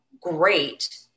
great